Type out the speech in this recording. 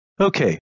Okay